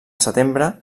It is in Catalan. setembre